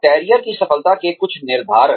career की सफलता के कुछ निर्धारक